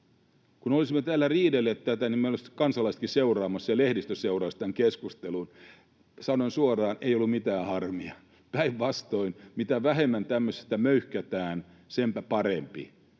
Kun olisimme täällä riidelleet tästä, niin meitä olisivat kansalaisetkin seuraamassa ja lehdistö seuraisi tämän keskustelun. Sanon suoraan: ei ollut mitään harmia, päinvastoin, mitä vähemmän tämmöisestä möyhkätään, senpä parempi.